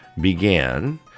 began